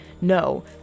no